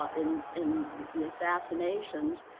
ah in in the assassinations,